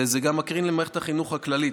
וזה גם מקרין על מערכת החינוך הכללית,